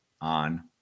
on